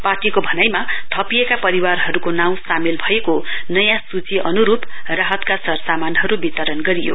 पार्टीको भनाइमा थपिएका परिवारहरू नाँउ सामेल भएको नयाँ सूची अनुरूप राहतको सरसामानहरू वितरण गरियो